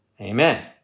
Amen